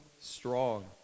strong